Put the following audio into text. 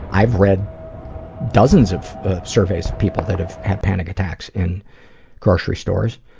i've read dozens of surveys of people that have had panic attacks in grocery stores.